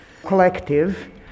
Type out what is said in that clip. collective